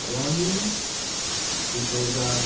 Ronnie D'Souza